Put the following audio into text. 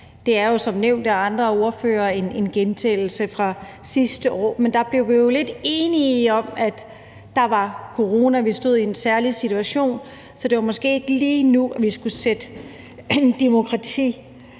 Det er jo som nævnt af andre ordførere en gentagelse fra sidste år, men der blev vi jo lidt enige om, at der var corona, og vi stod i en særlig situation, så det var måske ikke lige nu, vi skulle sætte en demokrati-